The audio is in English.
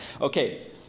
Okay